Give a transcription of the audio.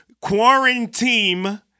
Quarantine